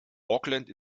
auckland